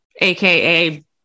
aka